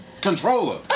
Controller